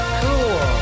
cool